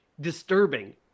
disturbing